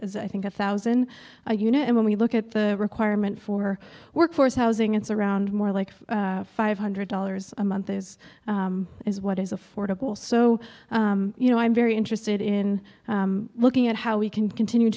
it is i think a thousand unit when we look at the requirement for workforce housing it's around more like five hundred dollars a month this is what is affordable so you know i'm very interested in looking at how we can continue